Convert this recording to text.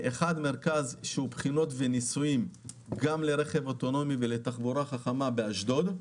מרכז אחד לבחינות וניסויים גם לרכב אוטונומי ולתחבורה חכמה באשדוד,